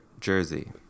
jersey